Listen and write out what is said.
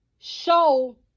show